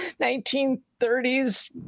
1930s